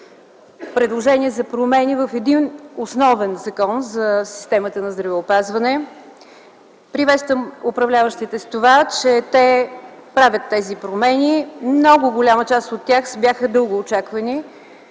предложение за промени в основен закон за системата на здравеопазването. Приветствам управляващите, че правят тези промени. Много голяма част от тях бяха дългоочаквани.